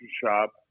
shop